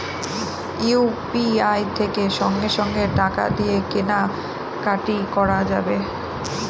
UPI থেকে সঙ্গে সঙ্গে টাকা দিয়ে কেনা কাটি করা যাবে